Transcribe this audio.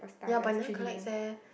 ya but I never collects eh